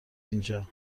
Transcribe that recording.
اینجا